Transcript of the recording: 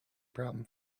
problem